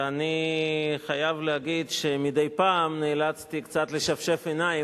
ואני חייב להגיד שמדי פעם נאלצתי קצת לשפשף עיניים,